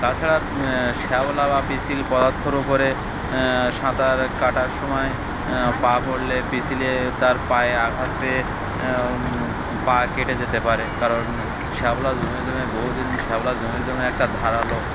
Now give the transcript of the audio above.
তাছাড়া শ্যাওলা বা পিচ্ছিল পদার্থর ওপরে সাঁতার কাটার সময় পা পড়লে পিসিলে তার পায়ে আঘাত পেয়ে পা কেটে যেতে পারে কারণ শেওলা জমে জমে বহুদিন শেওলা জমে জমে একটা ধারালো